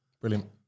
Brilliant